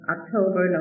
October